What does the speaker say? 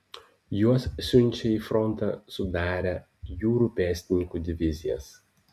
juos siunčia į frontą sudarę jūrų pėstininkų divizijas